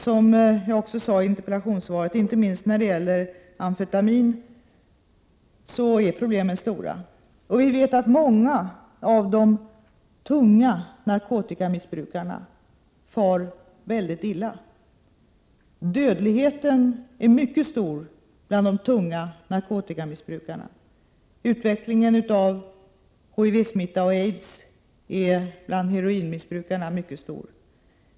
Som jag sade i interpellationssvaret finns det stora problem inte minst när det gäller amfetamin. Vi vet att många av dem som missbrukar tung narkotika far mycket illa. Dödligheten är mycket hög bland missbrukarna av tung narkotika. Utvecklingen av HIV-smitta och aids är mycket stor bland heroinmissbrukarna.